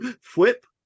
Flip